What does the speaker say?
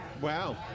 Wow